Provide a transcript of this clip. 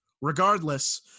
regardless